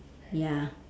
ya